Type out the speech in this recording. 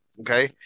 Okay